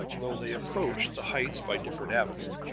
though they approach the heights by different avenues.